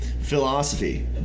philosophy